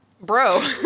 Bro